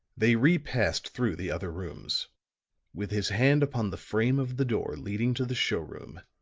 they repassed through the other rooms with his hand upon the frame of the door leading to the show room,